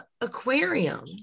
aquarium